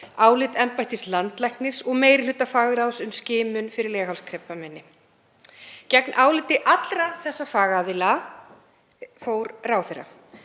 álit embættis landlæknis og meiri hluta fagráðs um skimun fyrir leghálskrabbameini. Gegn áliti allra þessara fagaðila fór ráðherra.